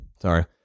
Sorry